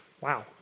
Wow